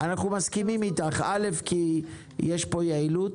אנחנו מסכימים איתך, כי יש פה יעילות.